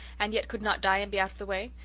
and yet could not die and be out of the way.